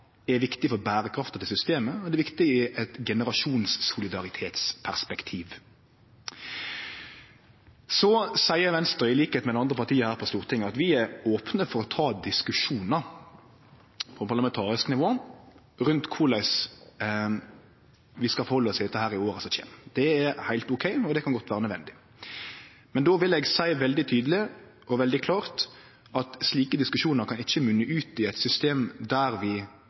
er viktig for berekrafta til systemet, og det er viktig i eit generasjonssolidaritetsperspektiv. Så seier Venstre, til liks med andre parti her på Stortinget, at vi er opne for å ta diskusjonar på parlamentarisk nivå rundt korleis vi skal halde oss til dette i åra som kjem. Det er heilt ok, og det kan godt vere nødvendig. Men då vil eg seie veldig tydeleg og veldig klart at slike diskusjonar kan ikkje munne ut i eit system der vi